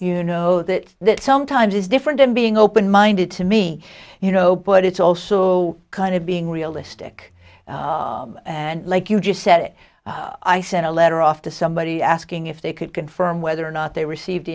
you know that that sometimes is different in being open minded to me you know but it's also kind of being realistic and like you just said it i sent a letter off to somebody asking if they could confirm whether or not they received